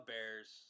Bears